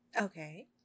Okay